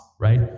right